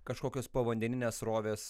kažkokios povandeninės srovės